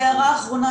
והערה אחרונה,